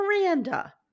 Miranda